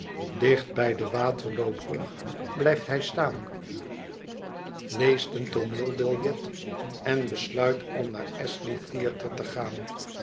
bij de waterloobrug blijft hij staan leest een tooneelbiljeten besluit om naar astley theater te gaan